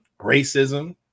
racism